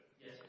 Yes